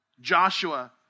Joshua